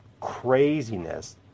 craziness